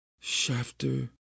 shafter